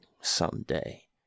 someday